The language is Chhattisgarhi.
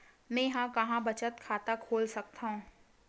मेंहा कहां बचत खाता खोल सकथव?